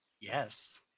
Yes